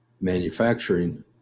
manufacturing